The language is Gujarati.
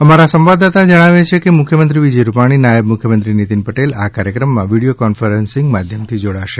અમારા સંવાદદાતા જણાવે છે કે મુખ્યમંત્રી વિજય રૂપાણી નાયબ મુખ્યમંત્રી નીતિન પટેલ આ કાર્યક્રમમાં વીડિયો કોન્ફરન્સિંગ માધ્યમથી જોડાશે